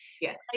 Yes